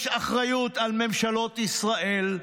יש אחריות על ממשלות ישראל,